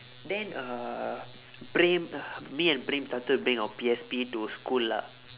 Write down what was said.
then uh praem me and praem started bringing our P_S_P to school lah